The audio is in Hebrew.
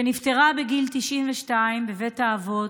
שנפטרה בגיל 92 בבית האבות,